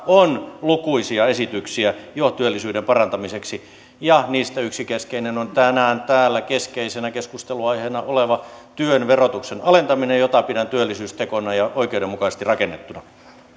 ratkaisuissamme on jo lukuisia esityksiä työllisyyden parantamiseksi niistä yksi keskeinen on tänään täällä keskeisenä keskustelunaiheena oleva työn verotuksen alentaminen jota pidän työllisyystekona ja oikeudenmukaisesti rakennettuna